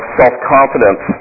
self-confidence